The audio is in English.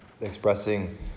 expressing